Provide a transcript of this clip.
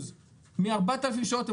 מ-4,000 שעות,